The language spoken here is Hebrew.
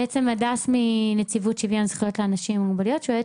הדס מנציבות שוויון זכויות לאנשים עם מוגבלויות שואלת